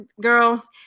girl